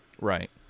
right